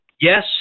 yes